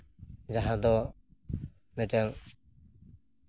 ᱡᱟᱦᱟᱸ ᱫᱚ ᱢᱤᱫᱴᱮᱱ